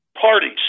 parties